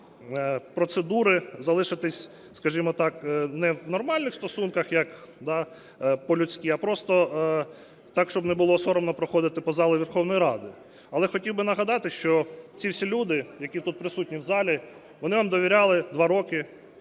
цієї процедури залишитись, скажімо так, не в нормальних стосунках, як по-людськи, а просто так, щоб не було соромно проходити по залу Верховної Ради. Але хотів би нагадати, що ці всі люди, які тут присутні в залі, вони вам довіряли два роки